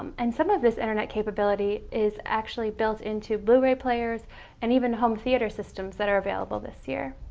um and some of this internet capability is actually built into blu-ray players and even home theater systems that are available this year.